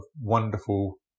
wonderful